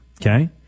Okay